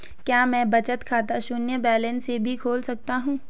क्या मैं बचत खाता शून्य बैलेंस से भी खोल सकता हूँ?